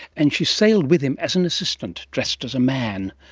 and she sailed with him as an assistant, dressed as a man.